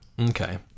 Okay